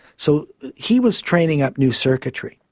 so he was training up new circuitry.